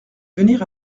venir